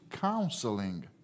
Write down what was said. counseling